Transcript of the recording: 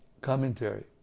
Commentary